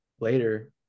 later